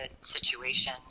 situation